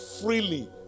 freely